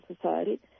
society